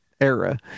era